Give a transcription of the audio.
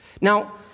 Now